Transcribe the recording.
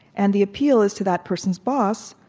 and the appeal is to that person's boss.